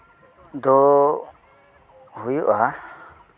ᱫᱚ ᱦᱩᱭᱩᱜᱼᱟ ᱦᱟᱸᱜ